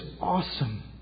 awesome